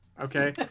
Okay